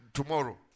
tomorrow